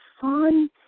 fun